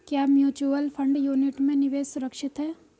क्या mutual fund unit में निवेश सुरक्षित है?